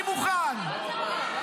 אני מוכן.